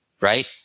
right